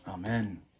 Amen